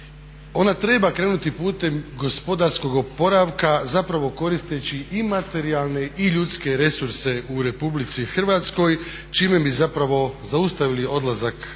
ona treba krenuti putem gospodarskog oporavka koristeći i materijalne i ljudske resurse u RH čime bi zaustavili odlazak